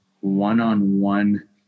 one-on-one